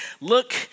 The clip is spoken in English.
look